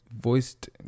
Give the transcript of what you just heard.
voiced